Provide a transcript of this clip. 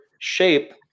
shape